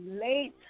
late